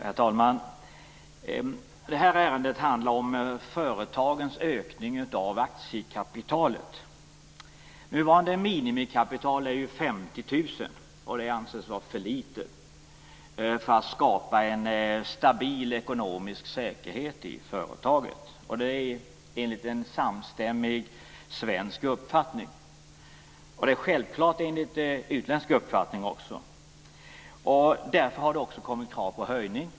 Herr talman! Det här ärendet handlar om företagens ökning av aktiekapitalet. Nuvarande minimikapital är 50 000 kr, och det anses vara för litet för att skapa en stabil ekonomisk säkerhet i företaget. Detta är en samstämmig svensk uppfattning, och det är självfallet också en utländsk uppfattning. Därför har det kommit krav på en höjning.